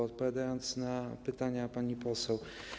Odpowiadam na pytania pani poseł.